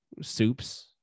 soups